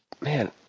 man